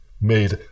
made